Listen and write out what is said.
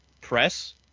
press